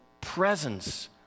presence